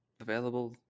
available